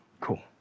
Cool